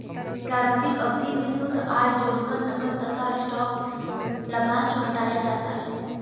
प्रारंभिक अवधि में शुद्ध आय जोड़कर नकद तथा स्टॉक लाभांश घटाया जाता है